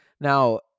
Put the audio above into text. Now